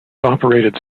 operated